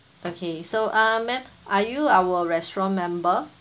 okay so ah ma'am are you our restaurant member